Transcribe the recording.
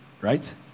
Right